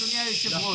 אדוני היושב-ראש,